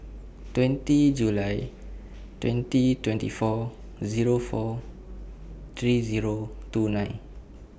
twenty July twenty twenty four Zero four three Zero two nine